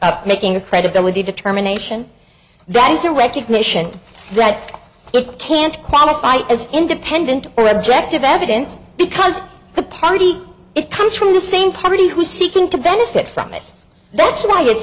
up making a credibility determination that it's a recognition that you can't qualify as independent or objective evidence because the party it comes from the same party who's seeking to benefit from it that's why it's